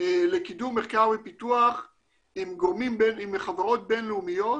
לקידום מחקר ופיתוח עם חברות בין לאומיות